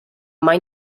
mai